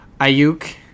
Ayuk